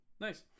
nice